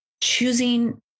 choosing